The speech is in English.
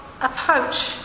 approach